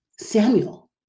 Samuel